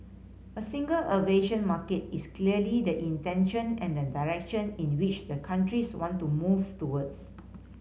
a single aviation market is clearly the intention and the direction in which the countries want to move towards